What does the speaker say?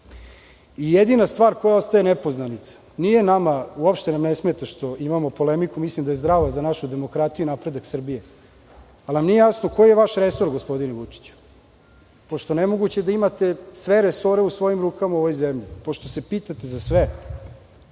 Jedina stvar koja ostaje nepoznanica, uopšte nam ne smeta što imamo polemiku, mislim da je zdrava za našu demokratiju i napredak Srbije, ali nam nije jasno koji je vaš resor gospodine Vučiću. Nemoguće je da imate sve resore u svojim rukama u ovoj zemlji, pošto se pitate za sve